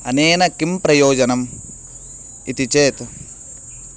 अनेन किं प्रयोजनम् इति चेत्